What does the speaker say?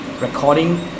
recording